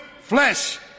flesh